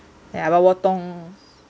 ya but 我懂